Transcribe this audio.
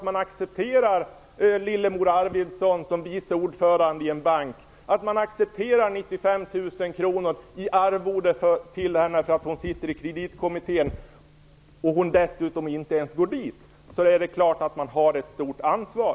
Accepterar man Lillemor Arvidsson som vice ordförande i en bank, accepterar man 95 000 kronor i arvode till henne för att hon sitter i kreditkommittén och hon dessutom inte ens går dit, då är det klart att man har ett stort ansvar.